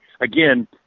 again